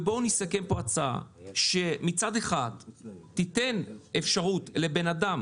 ובואו נסכם פה הצעה שמצד אחד תיתן אפשרות לבן אדם